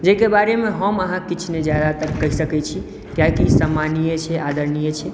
जाहिके बारेमे हम अहाँकेॅं किछु नहि जा शदातर कहि सकैत छी कियाकि ई सम्मानीय छै अदरणीय छै